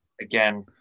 Again